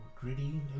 gritty